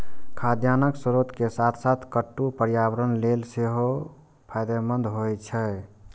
खाद्यान्नक स्रोत के साथ साथ कट्टू पर्यावरण लेल सेहो फायदेमंद होइ छै